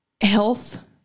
Health